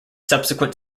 subsequent